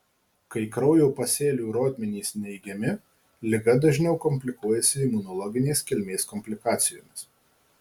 kai kraujo pasėlių rodmenys neigiami liga dažniau komplikuojasi imunologinės kilmės komplikacijomis